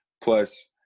plus